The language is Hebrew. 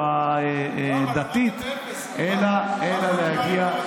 אלא להגיע,